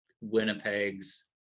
Winnipeg's